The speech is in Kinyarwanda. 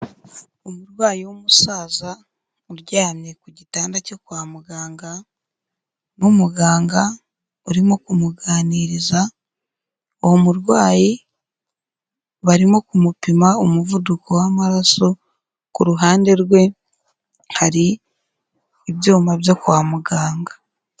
Umurwayi w'umusaza uryamye ku gitanda cyo kwa muganga n'umuganga urimo kumuganiriza, uwo murwayi barimo kumupima umuvuduko w'amaraso, ku ruhande rwe hari ibyuma byo kwa muganga.